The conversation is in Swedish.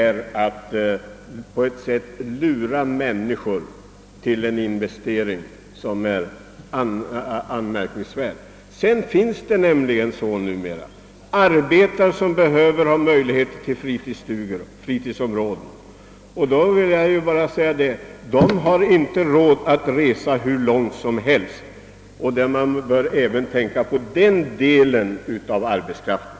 Det är enligt min mening att lura människor till en felinvestering, och det är ett anmärkningsvärt beteende. Även arbetarna behöver numera ha möjlighet att skaffa sig fritidsstugor, men de har inte råd att resa hur långt som helst. Man bör tänka även på den delen av arbetskraften.